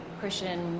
Christian